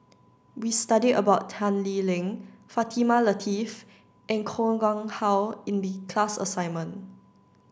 we studied about Tan Lee Leng Fatimah Lateef and Koh Nguang how in the class assignment